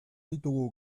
ditugu